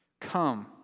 Come